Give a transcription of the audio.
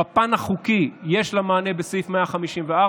בפן חוקי יש לה מענה בסעיף 154,